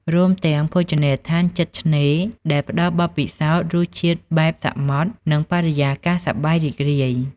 រួមទាំងភោជនីយដ្ឋានជិតឆ្នេរ ដែលផ្តល់បទពិសោធន៍រសជាតិបែបសមុទ្រ និងបរិយាកាសសប្បាយរីករាយ។